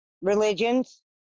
religions